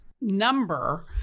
number